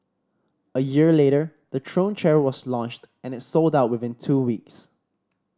a year later the Throne chair was launched and it sold out within two weeks